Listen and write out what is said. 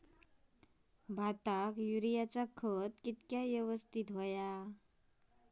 भाताक युरियाचा खत किती यवस्तित हव्या?